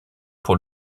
pour